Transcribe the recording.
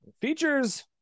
Features